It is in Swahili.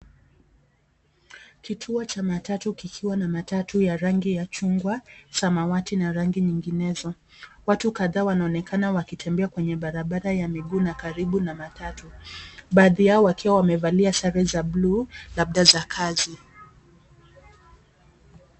Kituo cha matatu kikiwa na matatu ya rangi ya chungwa samati na rangi nyinginezo. Watu kadhaa wanaonekana wakitembea kwenye barabara ya miguu na karibu na matatu, baadhi yao wakiwa wamevalia sare za buluu labda za kazi.